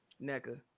NECA